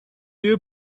you